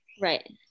Right